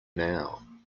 now